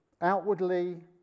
Outwardly